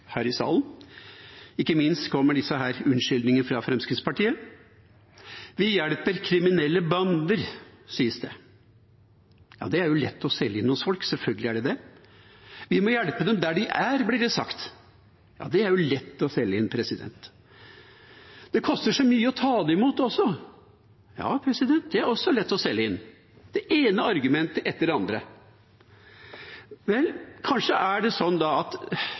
Ikke minst kommer disse unnskyldningene fra Fremskrittspartiet: Vi hjelper kriminelle bander, sies det. Ja, det er selvfølgelig lett å selge inn hos folk. Vi må hjelpe dem der de er, blir det sagt. Ja, det er lett å selge inn. Det koster så mye å ta dem imot også – ja, det er også lett å selge inn. Det er det ene argumentet etter det andre. Kanskje er det sånn at